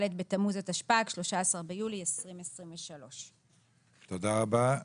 בתמוז התשפ"ג (13 ביולי 2023). תודה רבה.